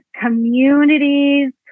communities